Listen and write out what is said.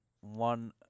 one